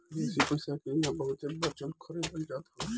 विदेशी पईसा के इहां बहुते बेचल खरीदल जात हवे